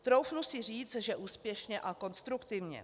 Troufnu si říct, že úspěšně a konstruktivně.